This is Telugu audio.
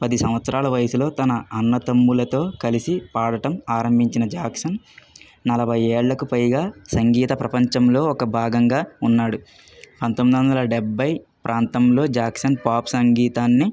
పది సంవత్సరాల వయసులో తన అన్నదమ్ములతో కలిసి పాడటం ఆరంభించిన జాక్సన్ నలభై ఏళ్లకు పైగా సంగీత ప్రపంచంలో ఒక భాగంగా ఉన్నాడు పంతొమ్మిది వందల డెభై ప్రాంతంలో జాక్సన్ పాప్ సంగీతాన్ని